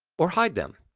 or hide them.